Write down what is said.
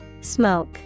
Smoke